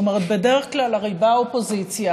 בדרך כלל הרי באה האופוזיציה,